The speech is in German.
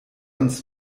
uns